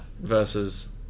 versus